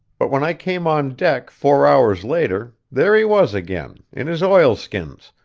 but when i came on deck four hours later, there he was again, in his oilskins,